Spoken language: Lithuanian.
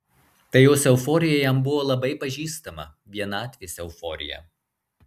ta jos euforija jam buvo labai pažįstama vienatvės euforija